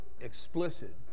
explicit